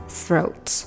throat